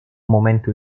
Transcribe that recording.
momento